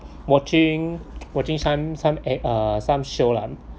watching watching some some at uh some show lah